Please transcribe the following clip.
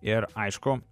ir aišku